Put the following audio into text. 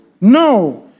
No